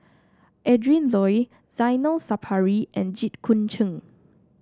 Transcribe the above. Adrin Loi Zainal Sapari and Jit Koon Ch'ng